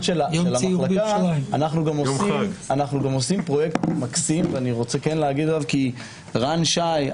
של המחלקה אנו גם עושים פרויקט מקסים ורן שי,